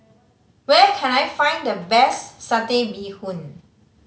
where can I find the best Satay Bee Hoon